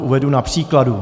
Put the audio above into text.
Uvedu to na příkladu.